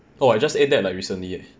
oh I just ate that like recently leh